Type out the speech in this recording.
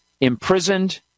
imprisoned